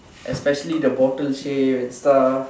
especially the bottle shape and stuff